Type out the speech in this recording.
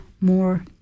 more